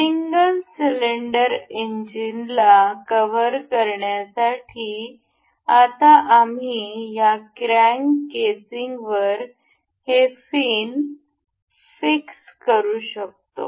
single cylinder इंजिनला cover करण्यासाठी आता आम्ही या क्रँक केसिंगवर हे फिन निश्चित करू शकतो